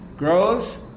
grows